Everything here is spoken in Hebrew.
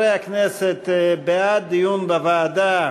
חברי הכנסת, בעד דיון בוועדה,